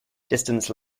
distance